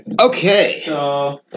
Okay